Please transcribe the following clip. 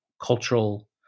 cultural